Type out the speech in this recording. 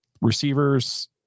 receivers